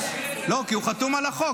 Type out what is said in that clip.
לא, כי הוא חתום על החוק.